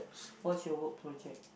what's your work project